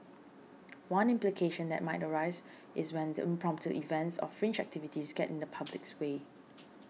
one implication that might arise is when the impromptu events or fringe activities get in the public's way